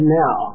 now